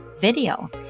video